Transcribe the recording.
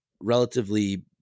relatively